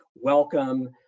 welcome